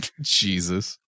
Jesus